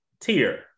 tier